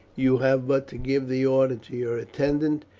you have but to give the order to your attendant,